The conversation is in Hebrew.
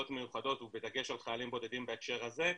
מיוחדות ובדגש על חיילים בודדים בהקשר הזה,